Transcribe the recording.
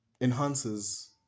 enhances